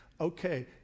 Okay